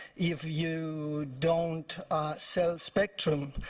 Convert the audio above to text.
if you don't sell spectrum,